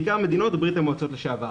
בעיקר מדינות ברית המועצות לשעבר.